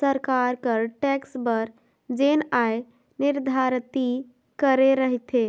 सरकार कर टेक्स बर जेन आय निरधारति करे रहिथे